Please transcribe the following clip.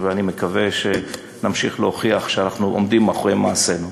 ואני מקווה שנמשיך להוכיח שאנחנו עומדים מאחורי מעשינו.